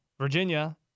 virginia